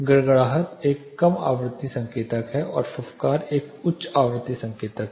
गड़गड़ाहट एक कम आवृत्ति संकेतक है और फुफकार एक उच्च आवृत्ति संकेतक है